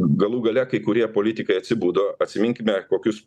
galų gale kai kurie politikai atsibudo atsiminkime kokius